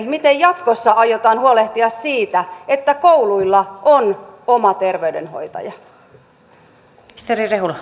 miten jatkossa aiotaan huolehtia siitä että kouluilla on oma terveydenhoitaja